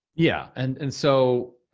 yeah, and and so,